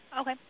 Okay